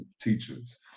teachers